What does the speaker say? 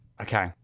Okay